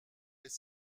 les